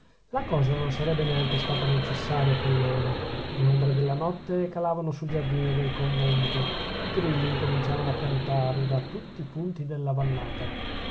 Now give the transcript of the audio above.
la cosa non sarebbe neanche stata necessaria a quell'ora le ombre della notte calavano sul giardino del convento i grilli incominciavano a cantare da tutti i punti della vallata